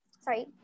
Sorry